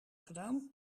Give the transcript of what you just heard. gedaan